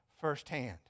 firsthand